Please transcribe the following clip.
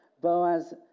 Boaz